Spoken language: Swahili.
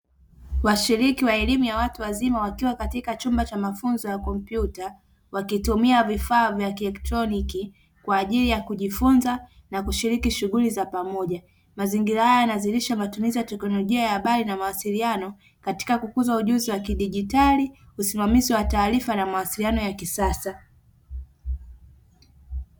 Washiriki wa elimu ya watu wazima wakiwa katika chumba cha mafunzo ya kompyuta, wakitumia vifaa vya kielektroniki kwa ajili ya kujifunza na kushiriki shughuli za pamoja; mazingira hayo yanaashiria matumizi ya teknolojia ya habari na mawasiliano katika kukuza ujuzi wa kidijitali, usimamizi wa taarifa na mawasiliano ya kisasa.